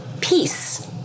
Peace